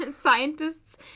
Scientists